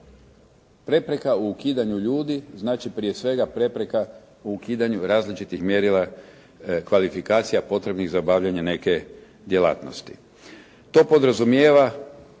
Prepreka u ukidanju ljudi, znači prije svega prepreka u ukidanju različitih mjerila kvalifikacija potrebnih za obavljanje neke djelatnosti. To podrazumijeva